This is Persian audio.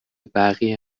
بقیه